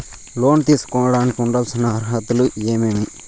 లోను తీసుకోడానికి ఉండాల్సిన అర్హతలు ఏమేమి?